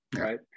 right